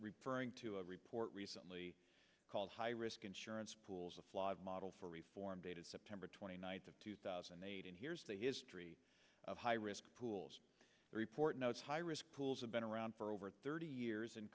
referring to a report recently called high risk insurance pools a flawed model for reform dated september twenty ninth of two thousand and eight and here's the history of high risk pools the report notes high risk pools have been around for over thirty